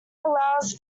allows